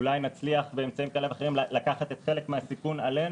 אולי נצליח לקחת את חלק מהסיכון עלינו